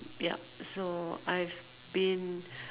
yup so I've been